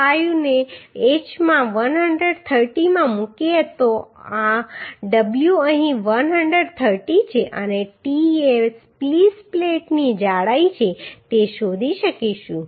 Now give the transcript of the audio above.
1 ને h માં 130 માં મૂકીએ તો આ W અહીં 130 છે અને t એ સ્પ્લીસ પ્લેટની જાડાઈ છે તે શોધી શકીશું